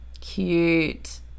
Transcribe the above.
Cute